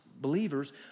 believers